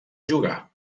jugar